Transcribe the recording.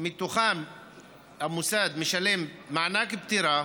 המוסד משלם מענק פטירה